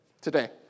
today